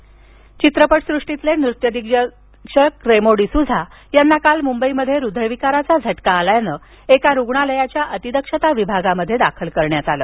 रेमो डिस्झा चित्रपट सृष्टितले नृत्य दिग्दर्शक रेमो डिसुझा यांना काल मुंबईत हृदयविकाराचा झटका आल्यानं एका खासगी रुग्णालयाच्या अतिदक्षता विभागात दाखल करण्यात आलं